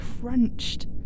crunched